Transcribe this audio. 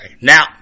Now